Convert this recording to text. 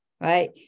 right